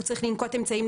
הוא צריך לנקוט אמצעים,